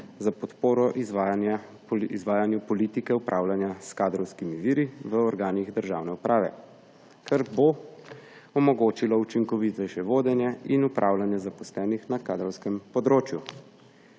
za podporo izvajanju politike upravljanja s kadrovskimi viri v organih državne uprave, kar bo omogočilo učinkovitejše vodenje in upravljanje zaposlenih na kadrovskem področju.